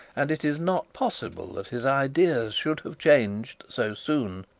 and it is not possible that his ideas should have changed so soon